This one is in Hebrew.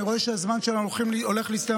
אני רואה שהזמן שלנו הולך להסתיים,